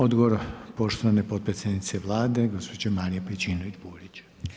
Odgovor poštovane potpredsjednice Vlade gospođe Marije Pejčinović Burić.